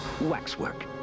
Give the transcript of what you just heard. Waxwork